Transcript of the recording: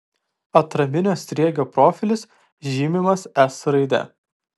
atraminio sriegio profilis žymimas s raide